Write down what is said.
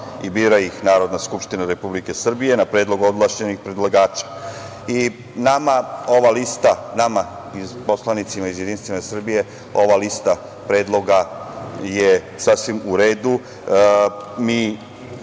i bira ih Narodna skupština Republike Srbije na predlog ovlašćenih predlagača. Nama ova lista, nama poslanicima iz JS ova lista predloga je sasvim u redu.